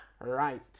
right